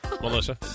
Melissa